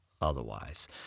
otherwise